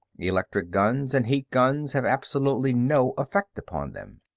electric guns and heat guns have absolutely no effect upon them.